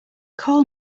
call